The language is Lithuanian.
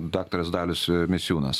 daktaras dalius misiūnas